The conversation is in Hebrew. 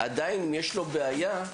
עדיין יש לו בעיה,